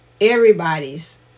Everybody's